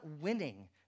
winning